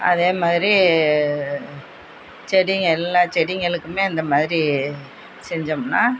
அதே மாதிரி செடிங்கள் எல்லா செடிங்களுக்குமே இந்த மாதிரி செஞ்சமுன்னால்